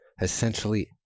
Essentially